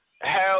Hell